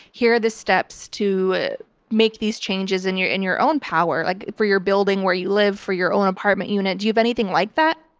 here are the steps to make these changes in your in your own power. like for your building where you live, for your own apartment unit. do you have anything like that?